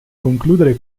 concludere